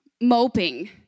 moping